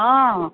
অঁ